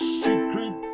secret